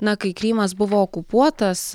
na kai krymas buvo okupuotas